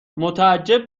متعجب